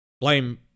blame